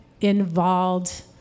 involved